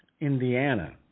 Indiana